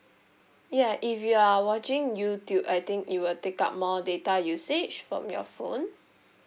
ya if you are watching YouTube I think it will take up more data usage from your phone